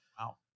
Wow